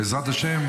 בעזרת השם.